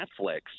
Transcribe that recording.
Netflix